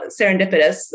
serendipitous